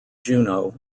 juno